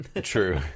True